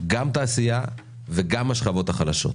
גם לתעשייה וגם לשכבות החלשות.